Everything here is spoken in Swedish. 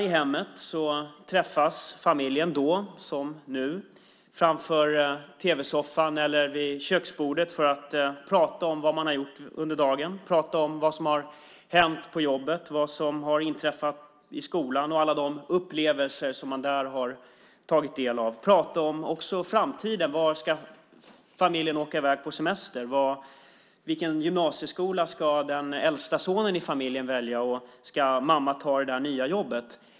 I hemmet träffas familjen då som nu i tv-soffan eller vid köksbordet för att prata om vad man har gjort under dagen, prata om vad som har hänt på jobbet, vad som har inträffat i skolan och alla de upplevelser som man där har tagit del av. Man pratar också om framtiden: Vart ska familjen åka i väg på semester? Vilken gymnasieskola ska den äldste sonen i familjen välja? Ska mamma ta det där nya jobbet?